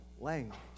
language